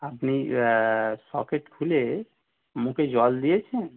আপনি সকেট খুলে মুখে জল দিয়েছেন